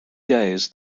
days